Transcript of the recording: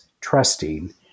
trusting